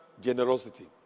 generosity